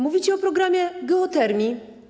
Mówicie o programie geotermii.